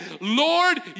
Lord